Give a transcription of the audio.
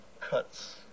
cuts